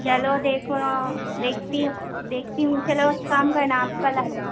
چلو دیکھو دیکھتی ہوں دیکھتی ہوں چلو ایک کام کرنا آپ کل آ جانا